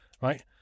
right